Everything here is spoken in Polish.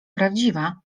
prawdziwa